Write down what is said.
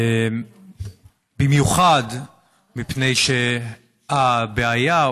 במיוחד מפני שהבעיה,